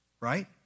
right